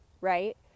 right